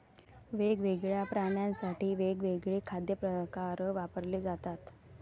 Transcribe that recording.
वेगवेगळ्या प्राण्यांसाठी वेगवेगळे खाद्य प्रकार वापरले जातात